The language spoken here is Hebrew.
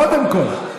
קודם כול.